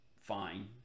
fine